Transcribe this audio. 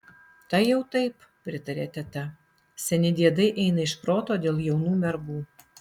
tai jau taip pritarė teta seni diedai eina iš proto dėl jaunų mergų